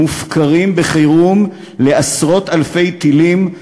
מופקרים בחירום לעשרות אלפי טילים,